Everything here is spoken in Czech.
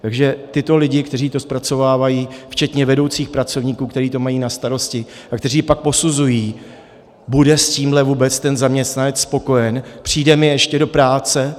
Takže lidi, kteří to zpracovávají, včetně vedoucích pracovníků, kteří to mají na starosti a kteří pak posuzují bude s tímhle vůbec ten zaměstnanec spokojen, přijde mi ještě do práce?